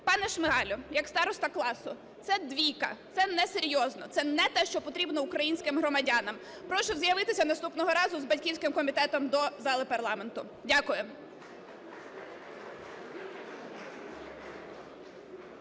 Пане Шмигалю, як староста класу – це двійка, це несерйозно, це не те, що потрібно українським громадянам. Прошу з'явитися наступного разу з батьківським комітетом до зали парламенту. Дякую.